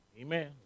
Amen